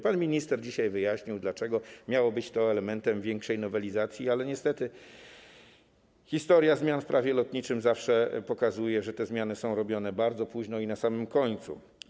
Pan minister dzisiaj wyjaśnił, dlaczego miało być to elementem większej nowelizacji, ale niestety historia zmian w Prawie lotniczym zawsze pokazuje, że te zmiany są robione bardzo późno i na samym końcu.